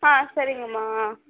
ஆ சரிங்கம்மா ஆ